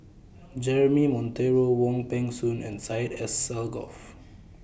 Jeremy Monteiro Wong Peng Soon and Syed Alsagoff